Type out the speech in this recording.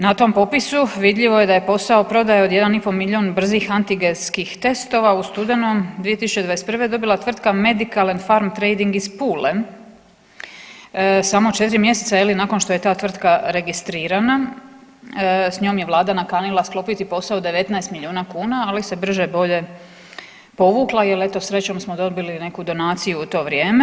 Na tom popisu vidljivo je da posao prodaje od 1,5 milijun brzih antigenskih testova u studenom 2021. dobila tvrtka MEDICAL AND PHARM TRADING iz Pule samo četiri mjeseca nakon što je ta tvrtka registrirana, s njom je Vlada nakanila sklopiti posao 19 milijuna kuna, ali se brže bolje povukla jer eto srećom smo dobili neku donaciju u to vrijeme.